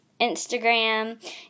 Instagram